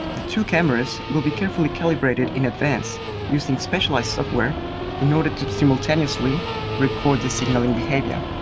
the two cameras will be carefully calibrated in advance using specialised software in order to simultaneously record the signalling behaviour.